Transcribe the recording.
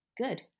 good